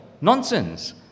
Nonsense